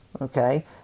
okay